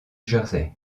jersey